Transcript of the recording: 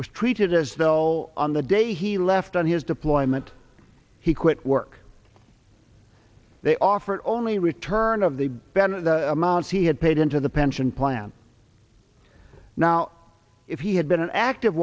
was treated as though on the day he left on his deployment he quit work they offered only return of the ben amounts he had paid into the pension plan now if he had been an active